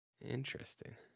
Interesting